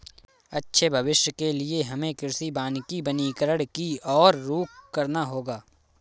अच्छे भविष्य के लिए हमें कृषि वानिकी वनीकरण की और रुख करना होगा